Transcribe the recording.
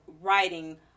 writing